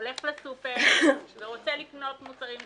הולך לסופר ורוצה לקנות מוצרים בסיסיים,